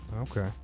Okay